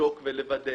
לבדוק ולוודא